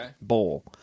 bowl